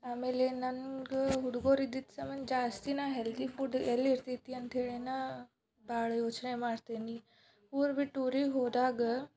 ಆಮೇಲೆ ನನ್ಗೆ ಹುಡುಗರಿದ್ದಿದ್ದ ಸಂಬಂಧ ಜಾಸ್ತಿ ನಾ ಹೆಲ್ದಿ ಫುಡ್ ಎಲ್ಲಿ ಇರ್ತೈತಿ ಅಂತ ಹೇಳಿ ನಾ ಭಾಳ ಯೋಚನೆ ಮಾಡ್ತೀನಿ ಊರು ಬಿಟ್ಟು ಊರಿಗೆ ಹೋದಾಗ